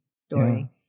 story